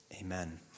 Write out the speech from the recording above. Amen